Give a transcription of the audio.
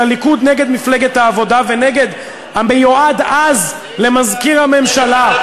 הליכוד נגד מפלגת העבודה ונגד המיועד אז למזכיר הממשלה.